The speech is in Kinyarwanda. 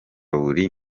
buri